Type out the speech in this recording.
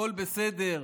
הכול בסדר.